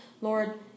Lord